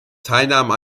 teilnahme